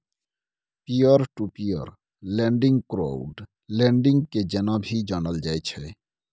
peer to peer lending crowd lending के जेना भी जानल जाइत छै